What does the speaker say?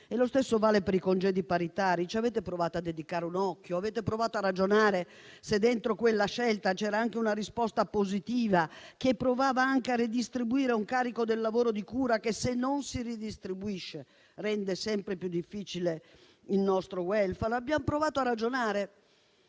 Lo stesso vale per i congedi paritari. Ci avete provato a dedicare un occhio? Avete provato a ragionare se dentro quella scelta c'era una risposta positiva che provava a redistribuire un carico del lavoro di cura che, se non si redistribuisce, rende sempre più difficile il nostro *welfare*? Abbiamo provato a ragionare